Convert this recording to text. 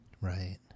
Right